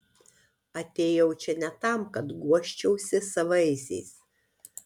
atėjau čia ne tam kad guosčiausi savaisiais